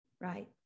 Right